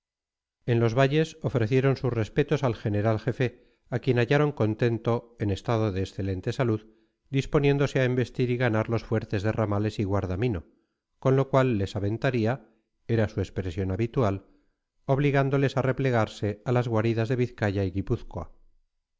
en los valles ofrecieron sus respetos al general jefe a quien hallaron contento en estado de excelente salud disponiéndose a embestir y ganar los fuertes de ramales y guardamino con lo cual les aventaría era su expresión habitual obligándoles a replegarse a las guaridas de vizcaya y